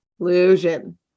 Illusion